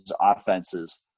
offenses